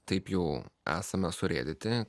taip jau esame surėdyti